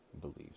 beliefs